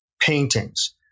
paintings